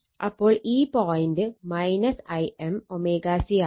അപ്പോൾ ഈ point Im ω C ആണ്